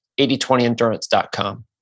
8020endurance.com